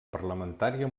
parlamentària